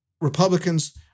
Republicans